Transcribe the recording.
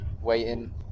waiting